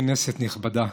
כנסת נכבדה,